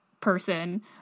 person